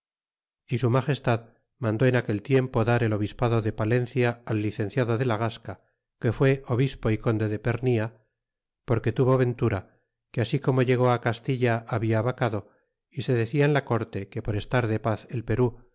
y su magestad mandó en aquel tiempo dar el obispado de palencia al licenciado de la gasea que fue obispo y conde de perilla porque tuvo ventura que así como llegó castilla habia vacado y se decía en la corte que por estar de paz el perú